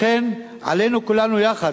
לכן עלינו, כולנו יחד,